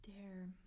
Dare